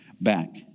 back